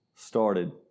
Started